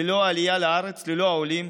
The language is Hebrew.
ללא העלייה לארץ, ללא העולים,